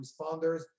responders